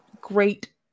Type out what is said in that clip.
Great